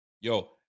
Yo